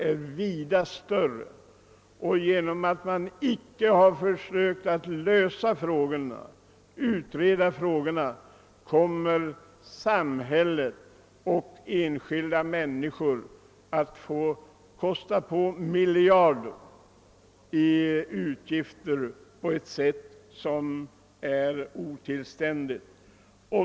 På grund av att man icke försökt utreda dem kommer samhället och enskilda människor att få vidkännas miljardutgifter på ett sätt som är rent otillständigt.